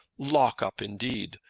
lock-up, indeed!